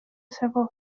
several